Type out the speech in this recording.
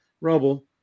Rubble